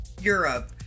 Europe